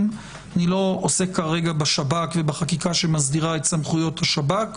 אני לא עוסק כרגע בשב"כ ובחקיקה שמסדירה את סמכויות השב"כ,